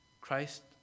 Christ